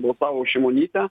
balsavo už šimonytę